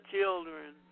children